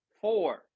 four